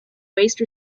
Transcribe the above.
waste